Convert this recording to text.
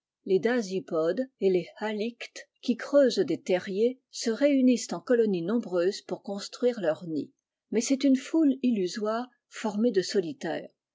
les dasypodes et les halictes qui creusent des terriers se réunissent en colonies nombreuses pour construire leurs nids mais c'est une foule illusoire formée de solitaires